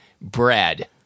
bread